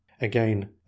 Again